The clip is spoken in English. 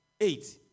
Eight